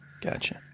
Gotcha